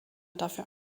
dafür